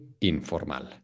informal